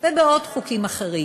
ובעוד חוקים אחרים.